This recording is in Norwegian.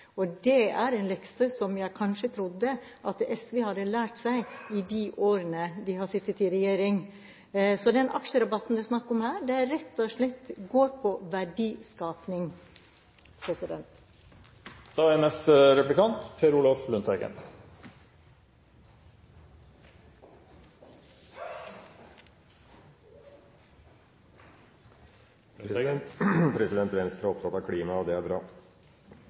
og det er en lekse som jeg kanskje trodde at SV hadde lært seg i de årene de har sittet i regjering. Den aksjerabatten det er snakk om her, går rett og slett på verdiskaping. Venstre er opptatt av klima, og det er bra.